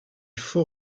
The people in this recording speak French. faut